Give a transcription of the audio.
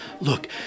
Look